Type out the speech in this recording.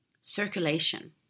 circulation